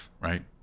right